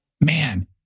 man